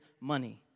money